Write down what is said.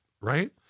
Right